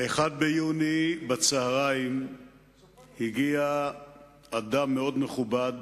ב-1 ביוני בצהריים הגיע אדם מאוד מכובד